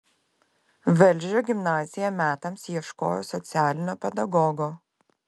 velžio gimnazija metams ieškojo socialinio pedagogo